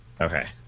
okay